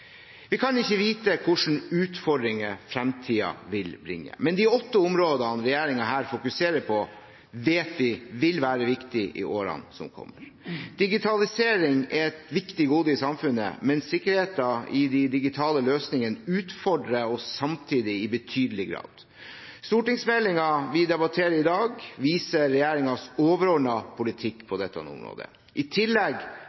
Vi kan ikke vite hvilke utfordringer fremtiden vil bringe, men de åtte områdene regjeringen her fokuserer på, vet vi vil være viktige i årene som kommer. Digitalisering er et viktig gode i samfunnet, men sikkerheten i de digitale løsningene utfordrer oss samtidig i betydelig grad. Stortingsmeldingen vi debatterer i dag, viser regjeringens overordnede politikk